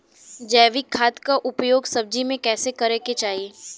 जैविक खाद क उपयोग सब्जी में कैसे करे के चाही?